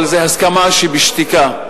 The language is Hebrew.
אבל זו הסכמה שבשתיקה.